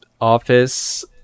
office